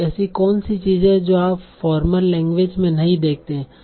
तो ऐसी कौन सी चीजें हैं जो आप फॉर्मल लैंग्वेज में नहीं देखते हैं